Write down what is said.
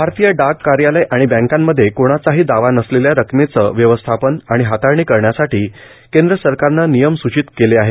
भारतीय डाक कार्यालय आणि बँकांमध्ये कोणाचाही दावा नसलेल्या रकमेचे व्यवस्थापन आणि हाताळणी करण्यासाठी केंद्र सरकारने नियम सूचित केले आहेत